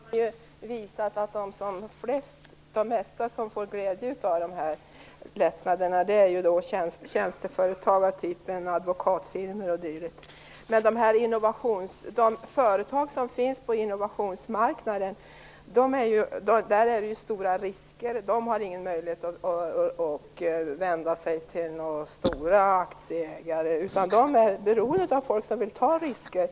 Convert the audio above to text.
Fru talman! Det har ju visat sig att de som får den största glädjen av lättnaderna är tjänsteföretag av typen advokatfirmor o.d. Men de företag som finns på innovationsmarknaden tar ju stora risker. De har ingen möjlighet att vända sig till några stora aktieägare, utan de är beroende av människor som vill ta risker.